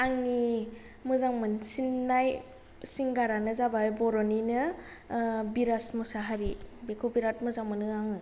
आंनि मोजां मोनसिननाय सिंगारानो जाबाय बर'निनो बिराज मुसाहारि बिखौ बिरात मोजां मोनो आङो